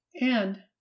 and—